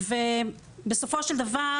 בסופו של דבר